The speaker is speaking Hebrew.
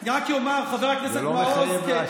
אני רק אומר, חבר הכנסת מעוז, זה לא מחייב להשיב.